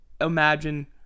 Imagine